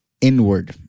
Inward